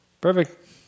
Perfect